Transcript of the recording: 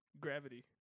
gravity